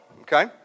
okay